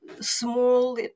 small